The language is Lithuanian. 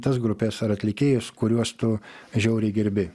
tas grupes ar atlikėjus kuriuos tu žiauriai gerbi